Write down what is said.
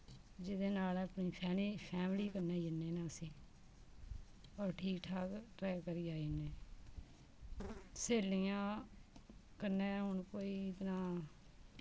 जेह्दे नाल अपनी फैनी फैमली कन्नै जन्ने न असी और ठीक ठाक ट्रैक करियै आई जन्ने स्हेलियां कन्नै हून कोई इतना